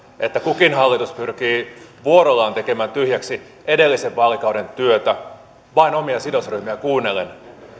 että kukin hallitus pyrkii vuorollaan tekemään tyhjäksi edellisen vaalikauden työtä vain omia sidosryhmiään kuunnellen